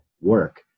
work